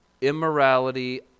immorality